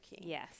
Yes